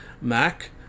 Mac